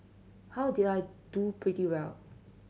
how did I do pretty well